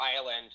island